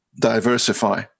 diversify